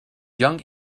young